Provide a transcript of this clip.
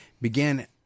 began